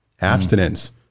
abstinence